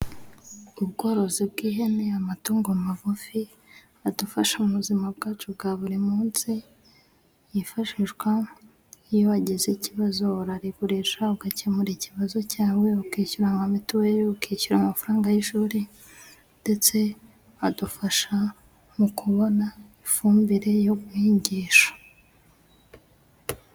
Ubworozi bw'ihene, amatungo magufi adufasha mu buzima bwacu bwa buri munsi, yifashishwa iyo wagize ikibazo urarigurisha ugakemura ikibazo cyawe, ukishyura amamituweli, ukishyura amafaranga y'ishuri, ndetse adufasha mu kubona ifumbire yo guhingisha.